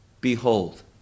behold